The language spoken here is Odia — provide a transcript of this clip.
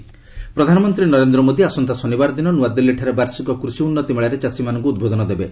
ପିଏମ୍ ଫାରମର୍ ପ୍ରଧାନମନ୍ତ୍ରୀ ନରେନ୍ଦ୍ର ମୋଦି ଆସନ୍ତା ଶନିବାର ଦିନ ନ୍ନଆଦିଲ୍ଲୀଠାରେ ବାର୍ଷିକ କୃଷି ଉନ୍ତି ମେଳାରେ ଚାଷୀମାନଙ୍କୁ ଉଦ୍ବୋଧନ ଦେବେ